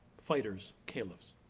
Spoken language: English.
fighters, caliphs.